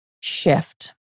shift